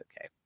okay